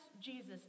Jesus